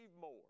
more